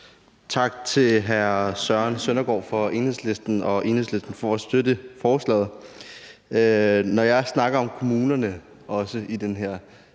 Tak til hr. Søren Søndergaard fra Enhedslisten og Enhedslisten for at støtte forslaget. Og jeg snakker om kommunerne – også i det her